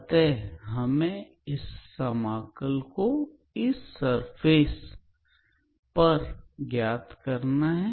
अतः हमें इस समाकल को इस सरफेस पर ज्ञात करना है